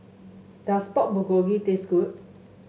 does Pork Bulgogi taste good